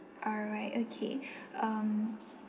alright okay um